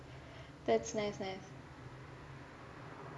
that's nice